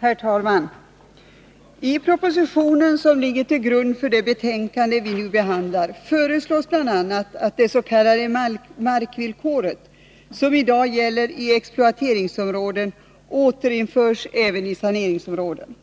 Herr talman! I propositionen som ligger till grund för det betänkande vi nu behandlar, föreslås bl.a. att det s.k. markvillkoret, som i dag gäller i exploateringsområden, återinförs även i saneringsområden.